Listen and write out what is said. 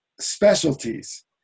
specialties